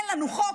אין לנו חוק,